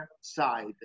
side